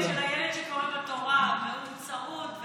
יש פרסומת של הילד שקורא בתורה והוא צרוד,